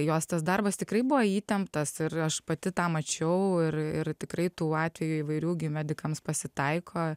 jos tas darbas tikrai buvo įtemptas ir aš pati tą mačiau ir ir tikrai tų atvejų įvairių gi medikams pasitaiko